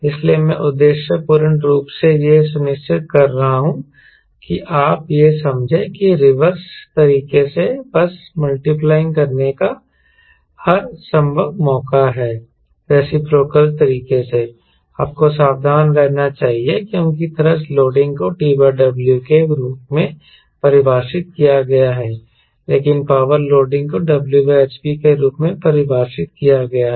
इसलिए मैं उद्देश्यपूर्ण रूप से यह सुनिश्चित कर रहा हूं कि आप यह समझें कि रिवर्स तरीके से बस मल्टीप्लाइंग करने का हर संभव मौका है रिसिप्रोकल तरीके से आपको सावधान रहना चाहिए क्योंकि थ्रस्ट लोडिंग को TW के रूप में परिभाषित किया गया है लेकिन पावर लोडिंग को Whp के रूप में परिभाषित किया गया है